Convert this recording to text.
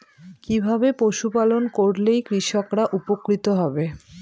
কিভাবে পশু পালন করলেই কৃষকরা উপকৃত হবে?